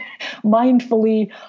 mindfully